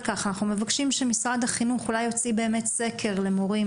אנחנו מבקשים שמשרד החינוך אולי יוציא באמת סקר למורים.